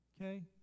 Okay